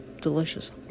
delicious